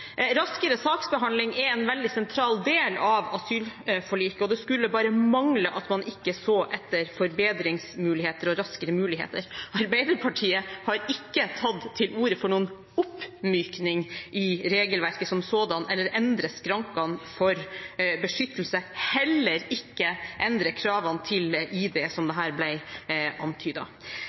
Raskere saksbehandling er en veldig sentral del av asylforliket, og det skulle bare mangle at man ikke så etter forbedringsmuligheter og raskere muligheter. Arbeiderpartiet har ikke tatt til orde for noen oppmykning av regelverket som sådant eller å endre skrankene for beskyttelse, heller ikke å endre kravene til ID, som det her